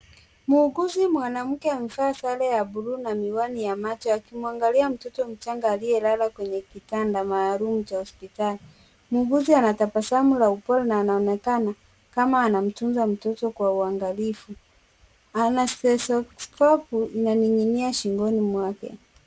Muuguzi mwanamke amevaa sare ya buluu na miwani ya macho akimwangalia mtoto mchanga aliyelala kwenye kitanda maalum cha hospitali. Muuguzi anatabasamu la upole na anaonekana kama anamtunza mtoto kwa uangalifu. Ana stethoskopu inaning'inia shingoni mwake.